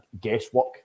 guesswork